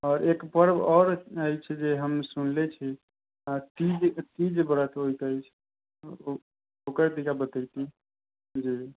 आओर एक पर्व आओर अछि सुनले छी तीज हँ तीज व्रत होइत अछि ओकर तनिका बतैती जी